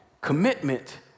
Commitment